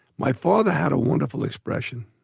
my father had a wonderful expression.